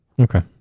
Okay